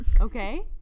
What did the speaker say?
okay